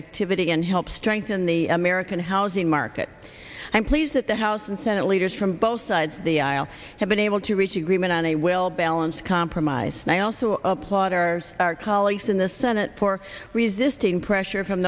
activity and help strengthen the american housing market i'm pleased that the house and senate leaders from both sides of the aisle have been able to reach agreement on a well balanced compromise and i also applaud our colleagues in the senate for resisting pressure from